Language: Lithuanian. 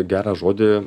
gerą žodį